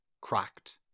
cracked